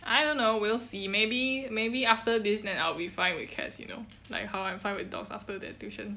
I don't know we'll see maybe maybe after this then I'll be fine with cats you know like how I'm fine with dog after that tuition